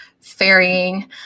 ferrying